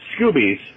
Scoobies